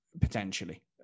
potentially